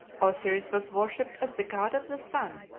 osiris was worshipped as the god of the sun,